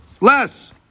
less